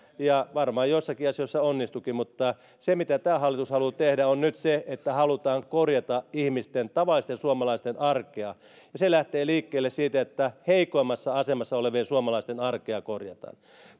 ja varmaan joissakin asioissa onnistuikin mutta se mitä tämä hallitus haluaa tehdä on nyt se että halutaan korjata ihmisten tavallisten suomalaisten arkea se lähtee liikkeelle siitä että heikoimmassa asemassa olevien suomalaisten arkea korjataan